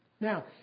Now